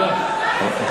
איך